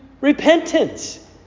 repentance